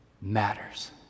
matters